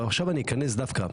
ועכשיו אני אכנס לראש של הטרוריסט,